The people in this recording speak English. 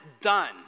done